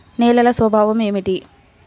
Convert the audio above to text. నేలల స్వభావం ఏమిటీ?